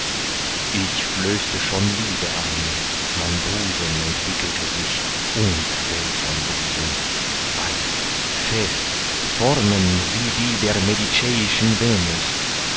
ich flößte schon liebe ein mein busen entwickelte sich und welch ein busen weiß fest formen wie die der